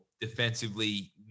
Defensively